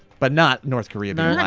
but not north korea and